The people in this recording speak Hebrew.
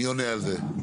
מי עונה על זה?